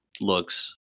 looks